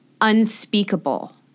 unspeakable